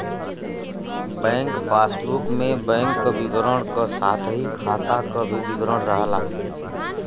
bank passbook में bank क विवरण क साथ ही खाता क भी विवरण रहला